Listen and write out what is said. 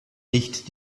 nicht